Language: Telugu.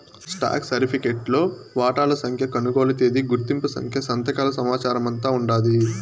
స్టాక్ సరిఫికెట్లో వాటాల సంఖ్య, కొనుగోలు తేదీ, గుర్తింపు సంఖ్య, సంతకాల సమాచారమంతా ఉండాది